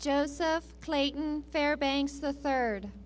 joseph clayton fairbanks the third